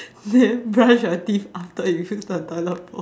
then brush your teeth after you wash the toilet bowl